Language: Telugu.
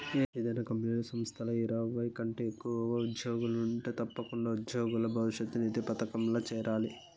ఏదైనా కంపెనీలు, సంస్థల్ల ఇరవై కంటే ఎక్కువగా ఉజ్జోగులుంటే తప్పకుండా ఉజ్జోగుల భవిష్యతు నిధి పదకంల చేరాలి